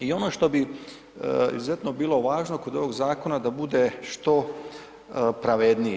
I ono što bi izuzetno bilo važno kod ovog zakona da bude što pravedniji.